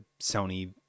Sony